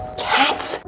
cats